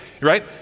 Right